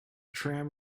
tram